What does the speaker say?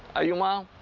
are you mom? all